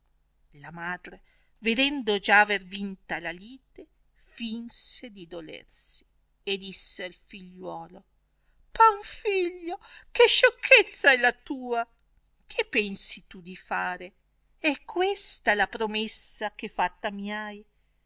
la madre vedendo già aver vinta la lite finse di dolersi e disse al figliuolo panfilio che sciocchezza è la tua che pensi tu di fare è questa la promessa che fatta mi hai